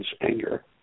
anger